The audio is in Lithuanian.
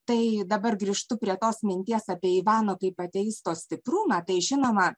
tai dabar grįžtu prie tos minties apie ivano kaip ateisto stiprumą tai žinoma